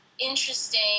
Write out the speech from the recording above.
interesting